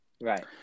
Right